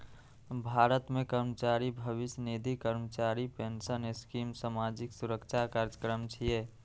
भारत मे कर्मचारी भविष्य निधि, कर्मचारी पेंशन स्कीम सामाजिक सुरक्षा कार्यक्रम छियै